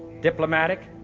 diplomatic,